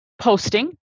posting